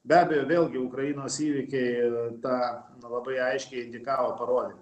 be abejo vėlgi ukrainos įvykiai tą labai aiškiai indikavo parodė